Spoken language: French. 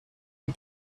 les